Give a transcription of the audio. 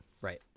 Right